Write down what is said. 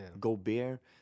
Gobert